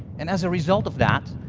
and as a result of that,